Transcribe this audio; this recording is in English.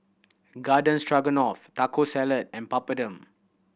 Garden Stroganoff Taco Salad and Papadum